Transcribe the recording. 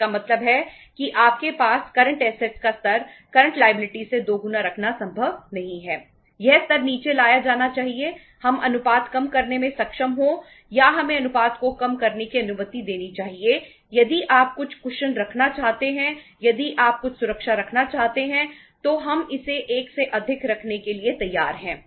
तो इसका मतलब है कि आपके पास करंट ऐसेट रखना चाहते हैं यदि आप कुछ सुरक्षा रखना चाहते हैं तो हम इसे एक से अधिक रखने के लिए तैयार हैं